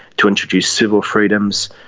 to introduce civil freedoms,